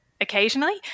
occasionally